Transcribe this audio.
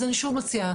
אז אני שוב מציעה,